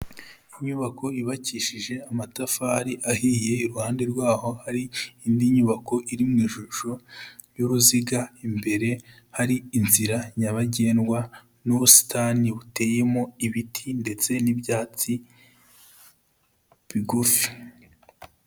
Inyubako yubakishije amatafari ahiye iruhande rwaho hari indi nyubako iri mu ishusho y'uruziga, imbere hari inzira nyabagendwa n'ubusitani buteyemo ibiti ndetse n'ibyatsi bigufi.